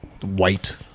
white